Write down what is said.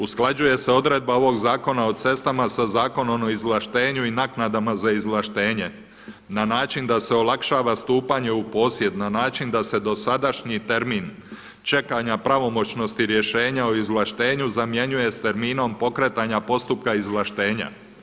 Usklađuje se odredba ovog Zakona o cestama sa Zakonom o izvlaštenju i naknadama za izvlaštenje na način da se olakšava stupanje u posjed na način da se dosadašnji termin čekanja pravomoćnosti rješenja o izvlaštenju zamjenjuje s terminom pokretanja postupka izvlaštenja.